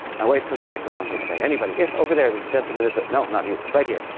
ah wait for the microphone, they say. anybody? yes, over there. there's a gentlemen at the no, not you. right here,